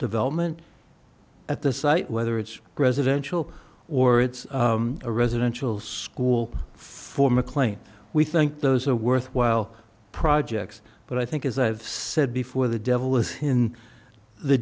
development at the site whether it's residential or it's a residential school for mclean we think those are worthwhile projects but i think as i've said before the devil is in the